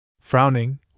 Frowning